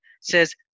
says